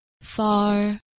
far